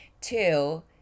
Two